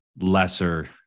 lesser